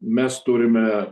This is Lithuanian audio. mes turime